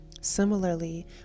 Similarly